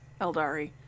eldari